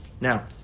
Now